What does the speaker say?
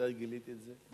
מתי גילית את זה?